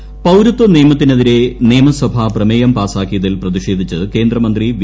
മുരളീധരൻ പൌരത്വ നിയമത്തിനെതിരെ നിയമസഭ പ്രമേയം പാസാക്കിയതിൽ പ്രതിഷേധിച്ച് കേന്ദ്ര മന്ത്രി വി